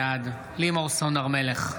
בעד לימור סון הר מלך,